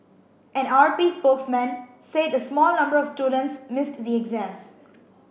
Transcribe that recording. an R P spokesman said a small number of students missed the exams